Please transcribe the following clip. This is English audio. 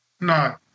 No